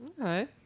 Okay